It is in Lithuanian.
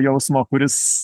jausmo kuris